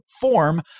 form